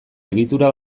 egitura